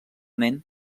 nen